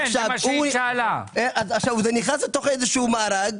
זה נכנס למארג,